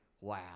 wow